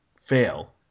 fail